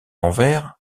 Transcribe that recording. anvers